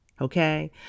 okay